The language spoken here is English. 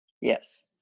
Yes